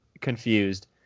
confused